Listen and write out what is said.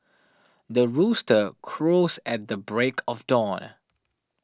the rooster crows at the break of dawn